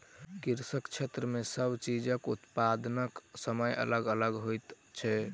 कृषि क्षेत्र मे सब चीजक उत्पादनक समय अलग अलग होइत छै